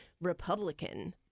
Republican